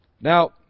Now